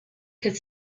could